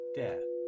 death